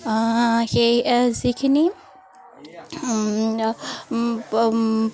সেই যিখিনি